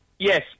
Yes